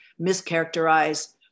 mischaracterize